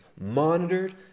monitored